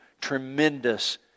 tremendous